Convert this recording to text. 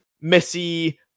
Missy